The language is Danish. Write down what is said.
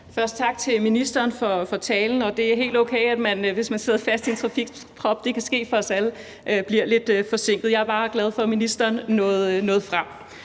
Først tak til ministeren for talen, og det er helt okay, at man, hvis man sidder fast i en trafikprop – det kan ske for os alle – bliver lidt forsinket. Jeg er bare glad for, at ministeren nåede frem,